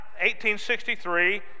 1863